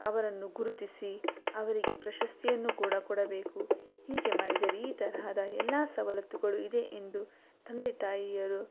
ಅವರನ್ನು ಗುರುತಿಸಿ ಅವರಿಗೆ ಪ್ರಶಸ್ತಿಯನ್ನು ಕೂಡ ಕೊಡಬೇಕು ಹೀಗೆ ಮಾಡಿದರೆ ಈ ತರಹದ ಎಲ್ಲ ಸವಲತ್ತುಗಳು ಇದೆ ಎಂದು ತಂದೆ ತಾಯಿಯರು